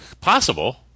possible